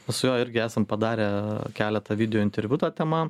su juo irgi esam padarę keleta videointerviu ta tema